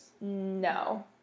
No